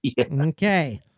Okay